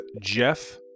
Jeff